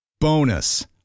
Bonus